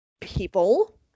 people